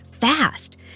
fast